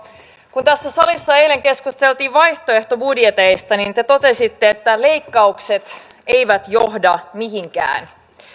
kun tässä salissa eilen keskusteltiin vaihtoehtobudjeteista te totesitte että leikkaukset eivät johda mihinkään